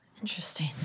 Interesting